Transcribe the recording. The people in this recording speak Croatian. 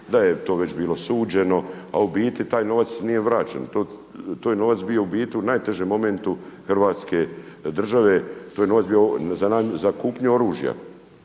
da je to već bilo suđeno, a u biti taj novac nije vraćen. To je novac bio u biti u najtežem momentu Hrvatske države, to je novac bio za kupnju oružja.